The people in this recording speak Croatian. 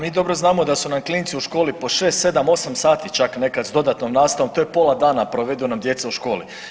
Pa mi dobro znamo da su nam klinici u školi po 6, 7, 8 sati čak nekad s dodatnom nastavnom, to je pola dana provedu nam djeca u školi.